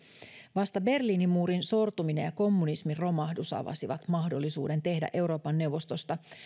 vasta berliinin muurin sortuminen ja kommunismin romahdus avasivat mahdollisuuden tehdä euroopan neuvostosta